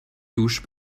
touche